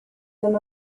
them